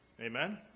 Amen